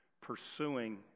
Pursuing